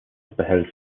behält